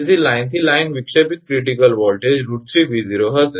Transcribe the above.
તેથી લાઇનથી લાઇન વિક્ષેપિત ક્રિટીકલ વોલ્ટેજ √3 𝑉0 હશે